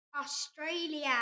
Australia